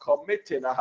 committing